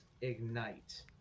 ignite